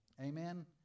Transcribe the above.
Amen